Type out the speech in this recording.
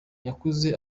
yakuze